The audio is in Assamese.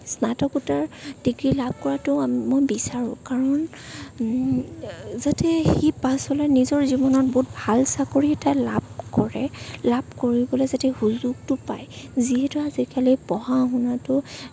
স্নাতকোত্তৰ ডিগ্ৰী লাভ কৰাতো আ মই বিচাৰোঁ কাৰণ যাতে সি পাছলৈ পেলাই নিজৰ জীৱনত বহুত ভাল চাকৰি এটা লাভ কৰে লাভ কৰিবলৈ যদি সুযোগটো পাই যিহেতু আজিকালি পঢ়া শুনাটো